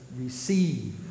receive